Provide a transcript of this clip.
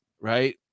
Right